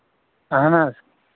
اَہن حظ